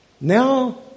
Now